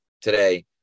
today